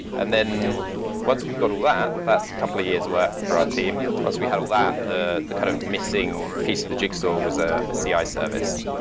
and then once we've got all that, that's a couple of years work for our team. once we had all that, the the kind of missing piece of the jigsaw was a ci ah service,